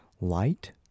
light